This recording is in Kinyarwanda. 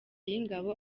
y’ingabo